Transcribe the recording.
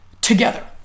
together